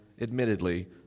admittedly